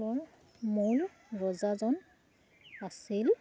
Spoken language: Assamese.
মূল ৰজাজন আছিল